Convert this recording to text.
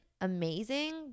amazing